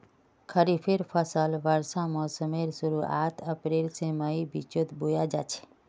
खरिफेर फसल वर्षा मोसमेर शुरुआत अप्रैल से मईर बिचोत बोया जाछे